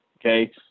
okay